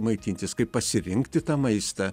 maitintis kaip pasirinkti tą maistą